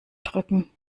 drücken